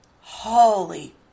Holy